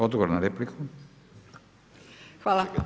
Odgovor na repliku.